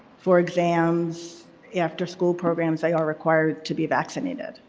for exams afterschool programs they are required to be vaccinated.